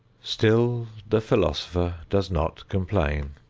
still the philosopher does not complain.